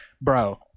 bro